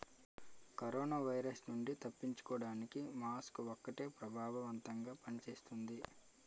corona virus నుండి తప్పించుకోడానికి mask ఒక్కటే ప్రభావవంతంగా పని చేస్తుంది